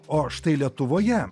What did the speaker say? o štai lietuvoje